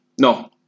No